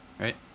right